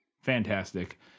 Fantastic